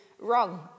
wrong